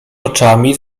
oczami